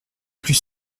plus